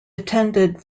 attended